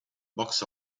box